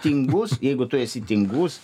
tingus jeigu tu esi tingus